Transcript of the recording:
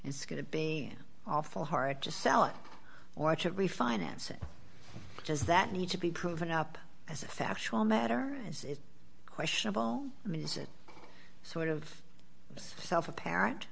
it's going to be awful hard to sell it watch it refinance it does that need to be proven up as a factual matter as it's questionable i mean is it sort of self apparent